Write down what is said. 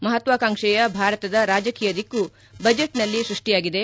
ಮಹತ್ವಾಕಾಂಕ್ಷೆಯ ಭಾರತದ ರಾಜಕೀಯ ದಿಕ್ಕು ಬಜೆಟ್ನಲ್ಲಿ ಸ್ಕಷ್ಟಿಯಾಗಿದೆ